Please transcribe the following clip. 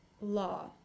law